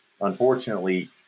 Unfortunately